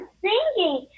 singing